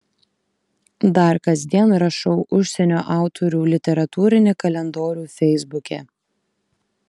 dar kasdien rašau užsienio autorių literatūrinį kalendorių feisbuke